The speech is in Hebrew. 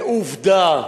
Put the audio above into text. ועובדה: